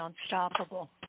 unstoppable